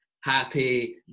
happy